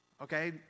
Okay